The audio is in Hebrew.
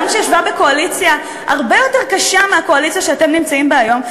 גם כשהיא ישבה בקואליציה הרבה יותר קשה מהקואליציה שאתם נמצאים בה היום,